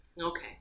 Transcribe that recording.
Okay